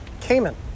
Cayman